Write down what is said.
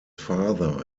father